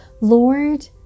Lord